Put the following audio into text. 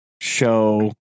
Show